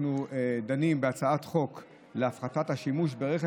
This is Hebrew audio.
אנחנו דנים בהצעת חוק להפחתת השימוש ברכב